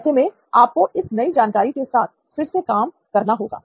ऐसे में आपको इस नई जानकारी के साथ फिर से काम करना होगा